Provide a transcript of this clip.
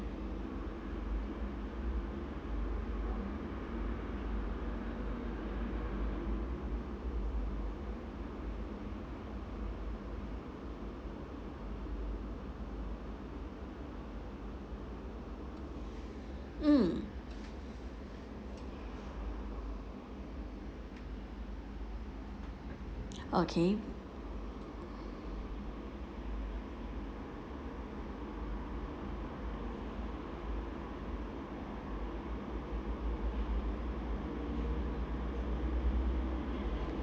mm okay